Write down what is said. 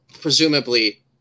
presumably